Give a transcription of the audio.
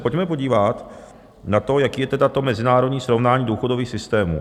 Pojďme se podívat na to, jaké je to mezinárodní srovnání důchodových systémů.